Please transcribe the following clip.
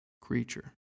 creature